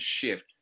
shift